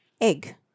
egg